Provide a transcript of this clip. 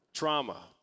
Trauma